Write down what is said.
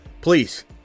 Please